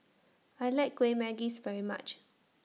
I like Kueh Manggis very much